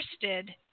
interested